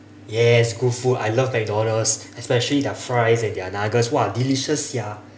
yes good food I love mcdonald's especially their fries and their nuggets !wah! delicious sia